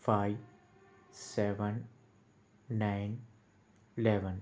five seven nine eleven